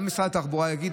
גם משרד התחבורה יגיד.